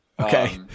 Okay